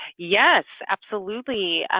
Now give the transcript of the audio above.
yes, absolutely.